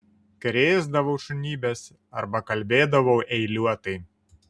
krėsdavau šunybes arba kalbėdavau eiliuotai